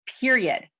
period